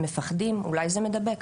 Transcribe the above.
מפחדים אולי זה מדבק,